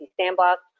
sandbox